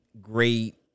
great